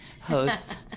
hosts